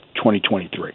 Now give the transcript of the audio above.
2023